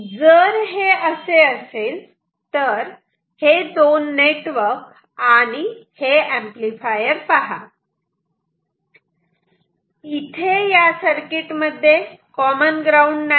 जर हे असे असेल तर हे दोन नेटवर्क आणि हे एंपलीफायर पहा इथे या सर्किट मध्ये कॉमन ग्राउंड नाही